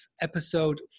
Episode